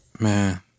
Man